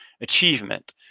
achievement